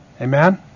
Amen